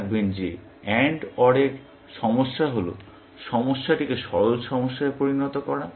মনে রাখবেন যে AND OR এর সমস্যা হল সমস্যাটিকে সরল সমস্যায় পরিণত করা